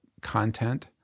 content